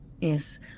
yes